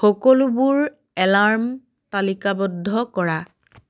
সকলোবোৰ এলাৰ্ম তালিকাবদ্ধ কৰা